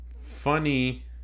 Funny